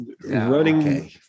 running